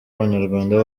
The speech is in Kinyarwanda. abanyarwanda